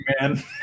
man